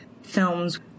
films